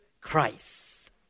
Christ